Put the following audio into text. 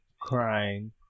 crying